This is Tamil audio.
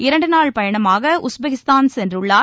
இரண்டுநாள் பயணமாக உஸ்பெக்கிஸ்தான் சென்றுள்ளார்